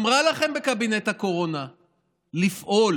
שאמרה לכם בקבינט הקורונה לפעול,